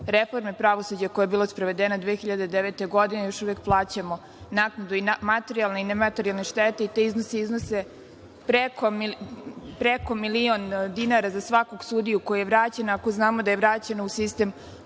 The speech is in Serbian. reforme pravosuđa koja je bila sprovedena 2009. godine još uvek plaćamo naknadu na materijalne i nematerijalne štete, i ti iznosi iznose preko milion dinara za svakog sudiju koji je vraćen. Ako znamo da je vraćen u sistem